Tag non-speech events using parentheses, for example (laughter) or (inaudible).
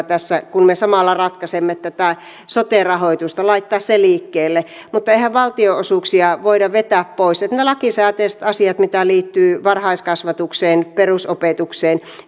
(unintelligible) tässä samalla kun me ratkaisemme tätä sote rahoitusta pitää laittaa se liikkeelle mutta eihän valtionosuuksia voida vetää pois totta kai niissä lakisääteisissä asioissa mitä liittyy varhaiskasvatukseen perusopetukseen